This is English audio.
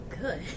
good